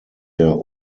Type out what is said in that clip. der